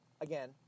Again